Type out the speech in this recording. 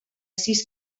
sis